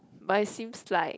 but it seems like